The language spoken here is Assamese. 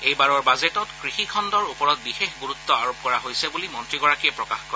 এইবাৰৰ বাজেটত কৃষিখণ্ডৰ ওপৰত বিশেষ গুৰুত্ব আৰোপ কৰা হৈছে বুলি মন্ত্ৰীগৰাকীয়ে প্ৰকাশ কৰে